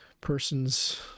person's